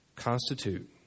constitute